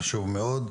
זה חשוב מאוד.